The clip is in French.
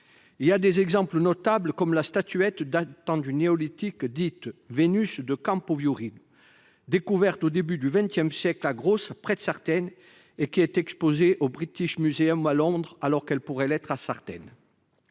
quelques exemples notables, comme la statuette datant du néolithique dite Vénus de Campu Fiureddu, découverte au début du XX siècle à Grossa, près de Sartène, et qui est exposée au à Londres, alors qu'elle pourrait l'être à Sartène